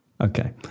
Okay